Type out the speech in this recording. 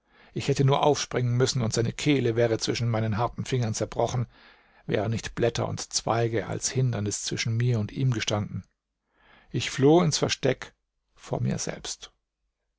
ich hätte nur aufspringen müssen und seine kehle wäre zwischen meinen harten fingern zerbrochen wären nicht blätter und zweige als hindernis zwischen mir und ihm gestanden ich floh ins versteck vor mir selbst